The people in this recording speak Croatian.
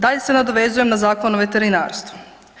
Dalje se nadovezujem na Zakon o veterinarstvu.